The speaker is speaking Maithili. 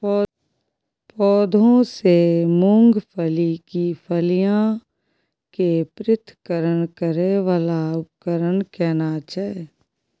पौधों से मूंगफली की फलियां के पृथक्करण करय वाला उपकरण केना छै?